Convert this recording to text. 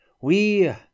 We